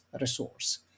resource